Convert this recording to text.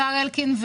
השר אלקין,